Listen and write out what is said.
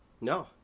No